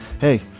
Hey